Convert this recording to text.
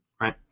right